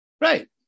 Right